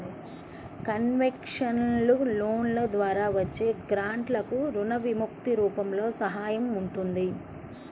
concessional లోన్ల ద్వారా వచ్చే గ్రాంట్లకు రుణ విముక్తి రూపంలో సహాయం ఉంటుంది